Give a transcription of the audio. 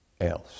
else